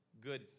good